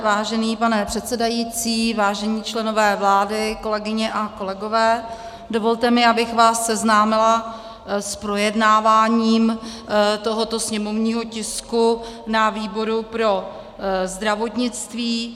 Vážený pane předsedající, vážení členové vlády, kolegyně a kolegové, dovolte mi, abych vás seznámila s projednáváním tohoto sněmovního tisku na výboru pro zdravotnictví.